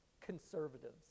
conservatives